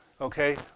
Okay